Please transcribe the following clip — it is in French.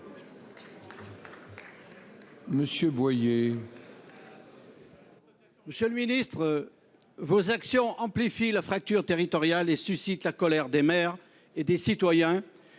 Monsieur le ministre, vos actions amplifient la fracture territoriale et suscitent la colère des maires et des citoyens